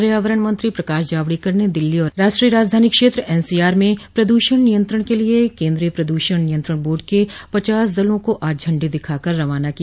पर्यावरण मंत्री प्रकाश जावड़ेकर ने दिल्ली और राष्ट्रीय राजधानी क्षेत्र एनसीआर में प्रद्रषण नियंत्रण के लिए केन्द्रीय प्रदूषण नियंत्रण बोर्ड के पचास दलों को आज झंडी दिखाकर रवाना किया